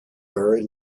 very